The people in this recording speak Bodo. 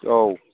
औ